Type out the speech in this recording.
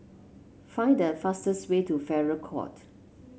find the fastest way to Farrer Court